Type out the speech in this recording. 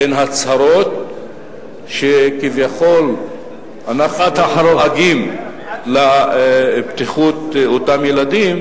בין הצהרות שכביכול אנחנו דואגים לבטיחות אותם ילדים,